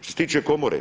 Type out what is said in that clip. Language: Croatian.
Što se tiče Komore,